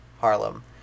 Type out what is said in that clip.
Harlem